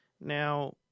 Now